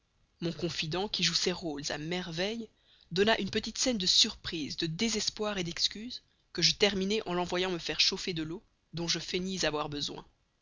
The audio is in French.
mon confident qui joue ses rôles à merveille donna une petite scène de surprise de désespoir d'excuse que je terminai en l'envoyant me faire chauffer de l'eau dont je feignis avoir besoin